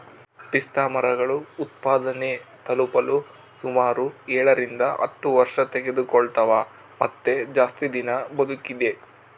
ಪಿಸ್ತಾಮರಗಳು ಉತ್ಪಾದನೆ ತಲುಪಲು ಸುಮಾರು ಏಳರಿಂದ ಹತ್ತು ವರ್ಷತೆಗೆದುಕೊಳ್ತವ ಮತ್ತೆ ಜಾಸ್ತಿ ದಿನ ಬದುಕಿದೆ